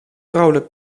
vrouwelijk